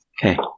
Okay